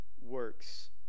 works